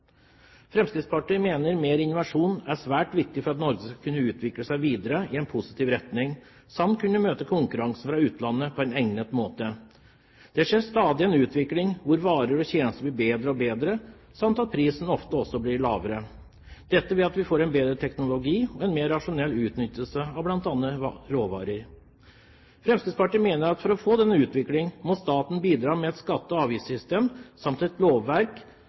svært viktig for at Norge skal kunne utvikle seg videre i en positiv retning, samt kunne møte konkurransen fra utlandet på en egnet måte. Det skjer stadig en utvikling hvor varer og tjenester blir bedre og bedre, samt at prisen ofte også blir lavere ved at vi får en bedre teknologi og en mer rasjonell utnyttelse av bl.a. råvarer. Fremskrittspartiet mener at for å få den utviklingen må staten bidra med et skatte- og avgiftssystem samt et lovverk